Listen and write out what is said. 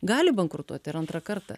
gali bankrutuot ir antrą kartą